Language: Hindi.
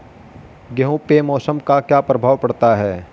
गेहूँ पे मौसम का क्या प्रभाव पड़ता है?